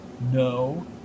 No